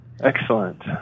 Excellent